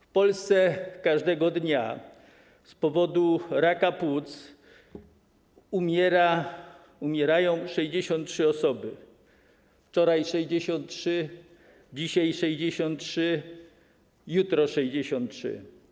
W Polsce każdego dnia z powodu raka płuc umierają 63 osoby - wczoraj 63, dzisiaj 63, jutro 63.